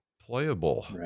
playable